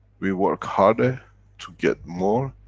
we work harder to get more,